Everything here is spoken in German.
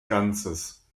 ganzes